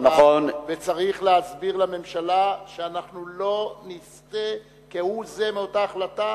וצריך להסביר לממשלה שאנחנו לא נסטה כהוא זה מאותה החלטה,